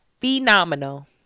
phenomenal